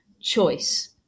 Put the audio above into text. choice